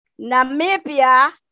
Namibia